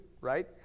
Right